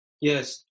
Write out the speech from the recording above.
Yes